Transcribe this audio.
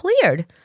cleared